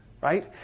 Right